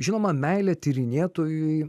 žinoma meilė tyrinėtojui